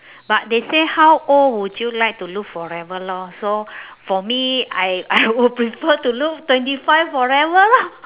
but they say how old would you like to look forever lor so for me I I would prefer to look twenty five forever lah